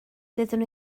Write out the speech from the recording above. doeddwn